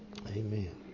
Amen